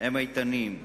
הם איתנים.